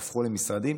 שהפכו למשרדים,